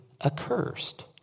accursed